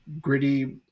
gritty